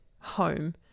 home